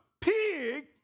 pig